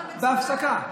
בהפסקה.